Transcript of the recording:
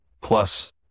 plus